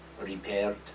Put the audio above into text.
repaired